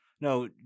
no